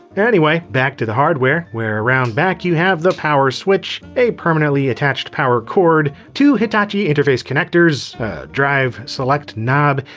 anyway, back to the hardware, where around back you have the power switch, a permanently attached power cord, two hitachi interface connectors, a drive select knob,